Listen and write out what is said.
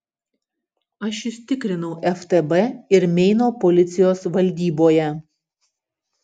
aš jus tikrinau ftb ir meino policijos valdyboje